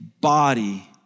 body